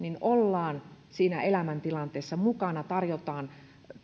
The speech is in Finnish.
ollaan siinä elämäntilanteessa mukana tarjotaan